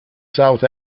south